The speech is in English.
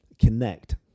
connect